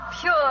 pure